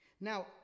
now